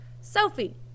Sophie